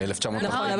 ב- 1948. נכון,